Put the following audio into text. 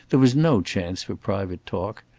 there was no chance for private talk.